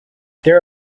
there